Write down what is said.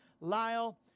Lyle